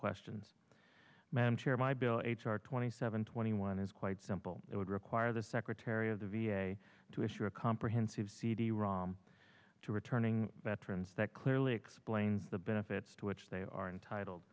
questions madam chair my bill h r twenty seven twenty one is quite simple it would require the secretary of the v a to issue a comprehensive cd rom to returning veterans that clearly explain the benefits to which they are entitled